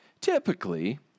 typically